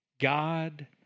God